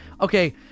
Okay